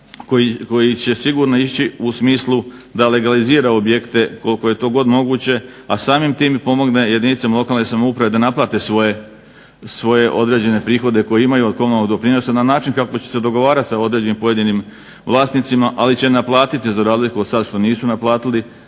koji će sigurno ići u smislu da legalizira objekte koliko je god to moguće, a samim tim i pomogne jedinicama lokalne samouprave da naplate svoje određene prihode koje imaju od komunalnog doprinosa na način kako će se dogovarati sa određenim pojedinim vlasnicima, ali će naplatiti za razliku od sad što nisu naplatili.